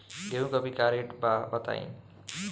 गेहूं के अभी का रेट बा बताई?